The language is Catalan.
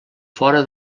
fora